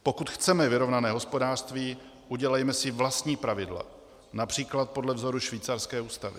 Pokud chceme vyrovnané hospodářství, udělejme si vlastní pravidla, například podle vzoru švýcarské ústavy.